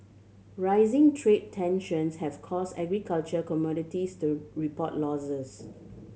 rising trade tensions have caused agricultural commodities to report losses